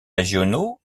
régionaux